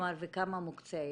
וכמה מוקצה.